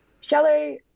Shallow